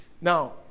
Now